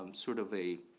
um sort of a